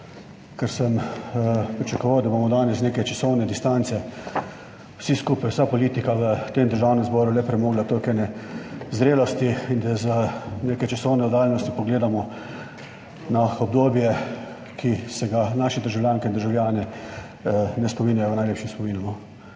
ker sem pričakoval, da bomo danes z neke časovne distance vsi skupaj, vsa politika v Državnem zboru le premogla toliko ene zrelosti in da z neke časovne oddaljenosti pogledamo na obdobje, ki se ga naši državljanke in državljani ne spominjajo v najlepšem spominu.